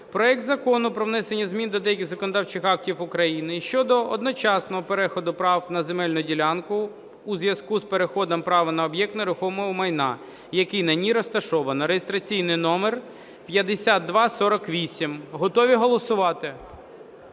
проект Закону про внесення змін до деяких законодавчих актів України (щодо одночасного переходу прав на земельну ділянку у зв`язку з переходом прав на об'єкт нерухомого майна, який на ній розташовано) (реєстраційний номер 5248). Готові голосувати?